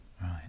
Right